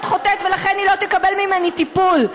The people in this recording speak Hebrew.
חוטאת ולכן היא לא תקבל ממני טיפול.